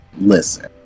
Listen